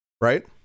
Right